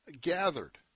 gathered